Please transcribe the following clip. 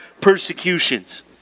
persecutions